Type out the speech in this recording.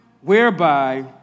whereby